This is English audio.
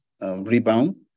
rebound